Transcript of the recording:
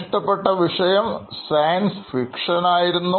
ഇഷ്ടപ്പെട്ട വിഷയം science fiction ആയിരുന്നു